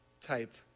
type